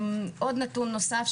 עוד נתון נוסף,